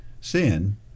sin